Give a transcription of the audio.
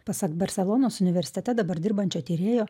pasak barselonos universitete dabar dirbančio tyrėjo